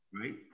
Right